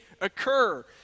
occur